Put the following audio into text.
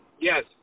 Yes